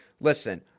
Listen